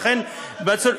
ולכן,